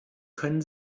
können